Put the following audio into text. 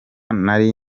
nari